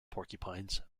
porcupines